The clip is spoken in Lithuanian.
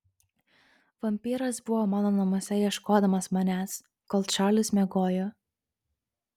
vampyras buvo mano namuose ieškodamas manęs kol čarlis miegojo